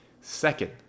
Second